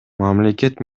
мамлекет